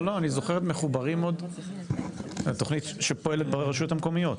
עוד מהתוכנית שפועלת ברשויות המקומיות.